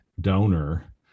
donor